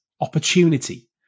opportunity